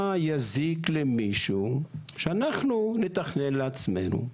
מה יזיק למישהו שאנחנו נתכנן לעצמנו,